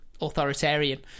authoritarian